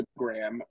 Instagram